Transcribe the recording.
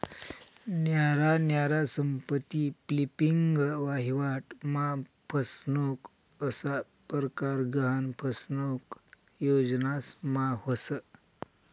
न्यारा न्यारा संपत्ती फ्लिपिंग, वहिवाट मा फसनुक असा परकार गहान फसनुक योजनास मा व्हस